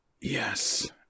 Yes